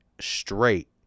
straight